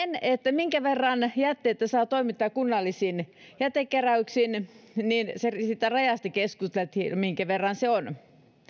minkä verran jätteitä saa toimittaa kunnallisiin jätekeräyksiin siitä rajasta keskusteltiin minkä verran se on